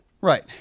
Right